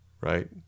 Right